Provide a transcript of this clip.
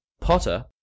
Potter